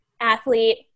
athlete